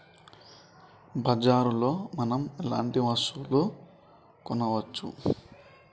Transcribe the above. బజార్ లో మనం ఎలాంటి వస్తువులు కొనచ్చు?